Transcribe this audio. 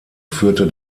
führte